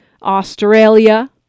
Australia